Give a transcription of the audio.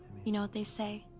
you know what they say.